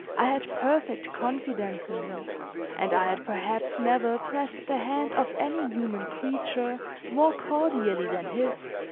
i had perfect confidence in him and i had perhaps never pressed the hand of any human creature more cordially than his.